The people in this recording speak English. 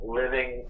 living